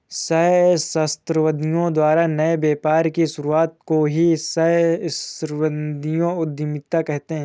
सहस्राब्दियों द्वारा नए व्यापार की शुरुआत को ही सहस्राब्दियों उधीमता कहते हैं